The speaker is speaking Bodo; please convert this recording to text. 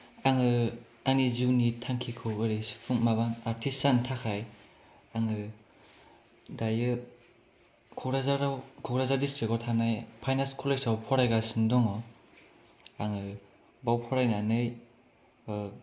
आङो आंनि जिउनि थांखिखौ बोरै सुफुं माबा आर्तिस्त जानो थाखाय आङो दायो क'क्राझाराव क'क्राझार दिस्त्रिकाव थानाय फाइन आर्त्स कलेजाव फरायगासिनो दङ आङो बाव फरायनानै